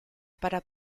para